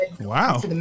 wow